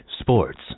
sports